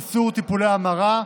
איסור טיפולי המרה)